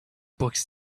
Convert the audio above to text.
books